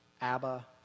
Abba